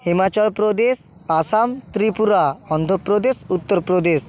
Himachal Pradesh Assam Tripura Andhra Pradesh Uttar Pradesh